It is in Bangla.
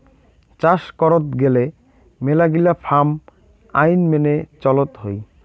চাস করত গেলে মেলাগিলা ফার্ম আইন মেনে চলত হই